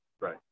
right